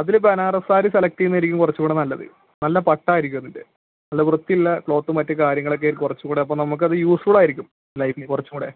അതിൽ ബനാറസ് സാരി സെലക്റ്റ് ചെയ്യുന്നതായിരിക്കും കുറച്ചുകൂടെ നല്ലത് നല്ല പട്ടായിരിക്കും അതിൻ്റെ നല്ല വൃത്തിയുള്ള ക്ലോത്തും മറ്റ് കാര്യങ്ങളൊക്കെ കുറച്ചുകൂടെ അപ്പോൾ നമുക്കത് യൂസ്ഫുൾ ആയിരിക്കും ലൈഫിന് കുറച്ച് കൂടെ